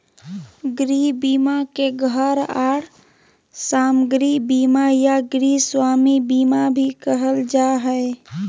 गृह बीमा के घर आर सामाग्री बीमा या गृहस्वामी बीमा भी कहल जा हय